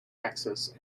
axis